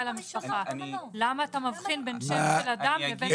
למשפחה למה אתה מבחין בין שם של אדם לבין פריט לבוש שלו?